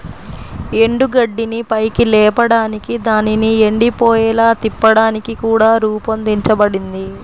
ఎండుగడ్డిని పైకి లేపడానికి దానిని ఎండిపోయేలా తిప్పడానికి కూడా రూపొందించబడింది